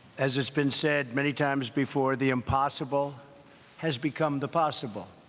as it's been said many times before, the impossible has become the possible.